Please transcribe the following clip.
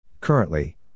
Currently